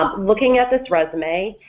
um looking at this resume,